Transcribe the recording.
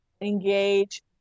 engage